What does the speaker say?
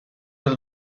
del